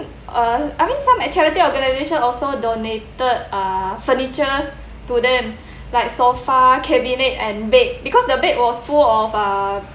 uh I mean some of charity organisation also donated uh furnitures to them like sofa cabinet and bed because the bed was full of uh